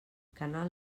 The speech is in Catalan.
canal